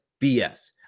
BS